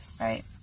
right